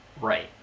right